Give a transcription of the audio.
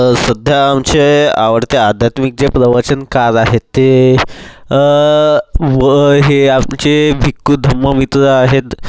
सध्या आमचे आवडते अध्यात्मिक जे प्रवचनकार आहेत ते ब हे आमचे भिक्कू धम्ममित्र आहेत